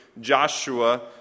joshua